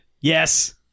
Yes